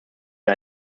wir